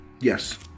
Yes